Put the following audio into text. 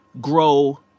grow